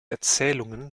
erzählungen